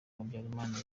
habyarimana